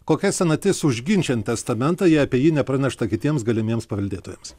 kokia senatis užginčijant testamentą jei apie jį nepranešta kitiems galimiems paveldėtojams